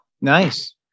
Nice